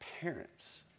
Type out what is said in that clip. parents